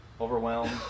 overwhelmed